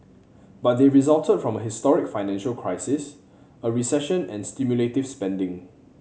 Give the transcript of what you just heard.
but they resulted from a historic financial crisis a recession and stimulative spending